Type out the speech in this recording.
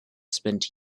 spent